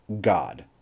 God